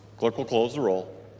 clerk will close the roll.